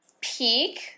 peak